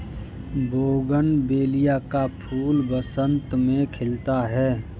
bougainvillea का फूल बसंत में खिलता है